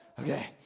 Okay